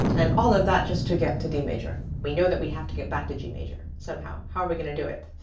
and all of that just to get to d major. we know that we have to get back to g major somehow. how are we going to do it?